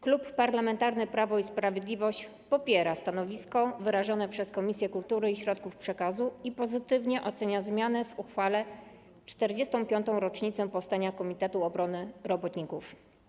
Klub Parlamentarny Prawo i Sprawiedliwość popiera stanowisko wyrażone przez Komisję Kultury i Środków Przekazu i pozytywnie ocenia zmiany w uchwale w 45. rocznicę powstania Komitetu Obrony Robotników.